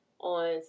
on